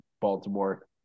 Baltimore